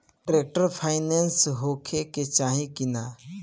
Tractor पाईनेस होखे के चाही कि ना?